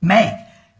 make